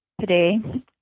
today